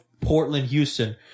Portland-Houston